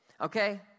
Okay